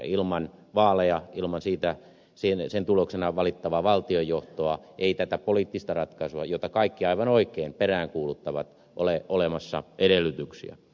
ilman vaaleja ilman sen tuloksena valittavaa valtionjohtoa ei tälle poliittiselle ratkaisulle jota kaikki aivan oikein peräänkuuluttavat ole olemassa edellytyksiä